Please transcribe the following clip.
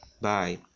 Bye